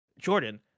Jordan